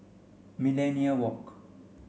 Millenia Walk